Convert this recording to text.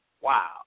wow